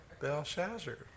Belshazzar